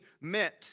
meant